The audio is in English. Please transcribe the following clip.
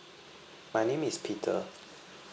my name is peter